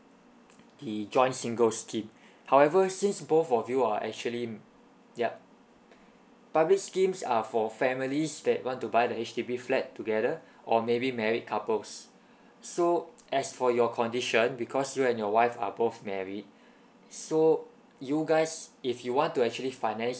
the joint singles scheme however since both of you are actually yup public schemes are for families that want to buy the H_D_B flat together or maybe married couples so as for your condition because you and your wife are both married so you guys if you want to actually finance